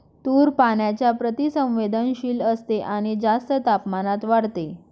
तूर पाण्याच्या प्रति संवेदनशील असते आणि जास्त तापमानात वाढते